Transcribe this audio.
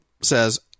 says